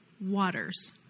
waters